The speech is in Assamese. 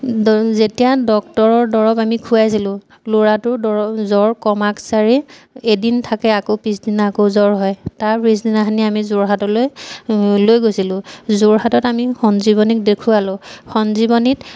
ড যেতিয়া ডক্তৰৰ দৰৱ আমি খুৱাইছিলোঁ ল'ৰাটোৰ দৰ জ্বৰ কমাক চাৰি এদিন থাকে আকৌ পিছদিনা আকৌ জ্বৰ হয় তাৰ পিছদিনাখিনি আমি যোৰহাটলৈ লৈ গৈছিলোঁ যোৰহাটত আমি সঞ্জীৱনীক দেখুৱালোঁ সঞ্জীৱনীত